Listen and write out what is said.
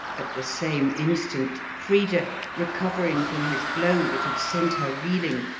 at the same instant, frida, recovering from his blow that had sent her reeling,